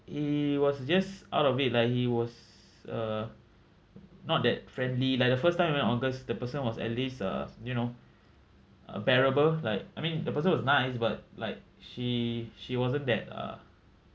he was just out of it like he was err not that friendly like the first time we went august the person was at least uh you know uh bearable like I mean the person was nice but like she she wasn't that uh